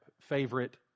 favorite